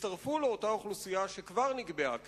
יצטרפו לאותה אוכלוסייה שכבר נקבע שהיא